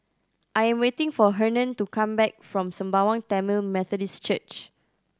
I am waiting for Hernan to come back from Sembawang Tamil Methodist Church